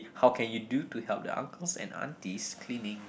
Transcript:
how can you do to help the uncles and aunties cleaning